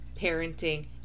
parenting